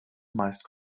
meist